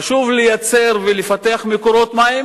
חשוב לייצר ולפתח מקורות מים,